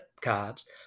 cards